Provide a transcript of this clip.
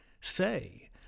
say